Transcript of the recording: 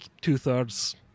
two-thirds